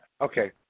Okay